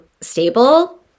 stable